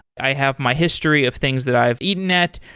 i have my history of things that i've eaten at.